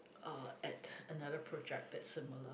uh at another project that's similar